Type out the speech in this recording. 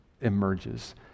emerges